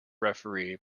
referee